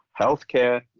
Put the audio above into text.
healthcare